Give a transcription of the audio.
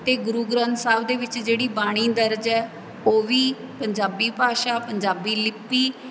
ਅਤੇ ਗੁਰੂ ਗ੍ਰੰਥ ਸਾਹਿਬ ਦੇ ਵਿੱਚ ਜਿਹੜੀ ਬਾਣੀ ਦਰਜ ਹੈ ਉਹ ਵੀ ਪੰਜਾਬੀ ਭਾਸ਼ਾ ਪੰਜਾਬੀ ਲਿਪੀ